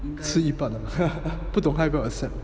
吃一半 不懂他要不要 accept